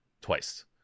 twice